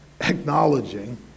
acknowledging